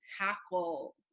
tackle